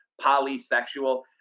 polysexual